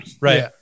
Right